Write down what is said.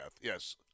Yes